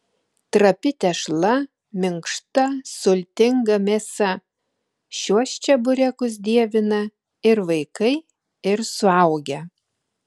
trapi tešla minkšta sultinga mėsa šiuos čeburekus dievina ir vaikai ir suaugę